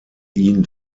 ihn